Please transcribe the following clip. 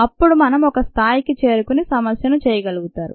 అప్పుడు మనం ఒక స్థాయికి చేరుకొని సమస్యను చేయగలగుతారు